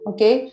Okay